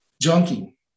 junkie